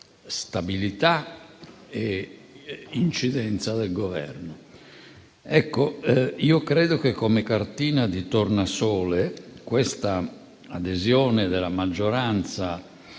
stabilità e incidenza del Governo. Credo che come cartina di tornasole l'adesione della maggioranza